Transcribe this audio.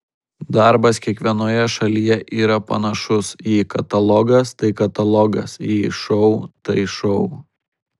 darbas kiekvienoje šalyje yra panašus jei katalogas tai katalogas jei šou tai šou